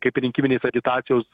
kaip rinkiminės agitacijos